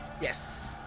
Yes